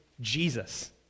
jesus